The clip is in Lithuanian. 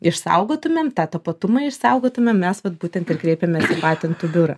išsaugotumėm tą tapatumą išsaugotumėm mes vat būtent ir kreipėmės į patentų biurą